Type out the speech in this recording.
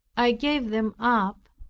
i gave them up,